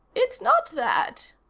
it's not that,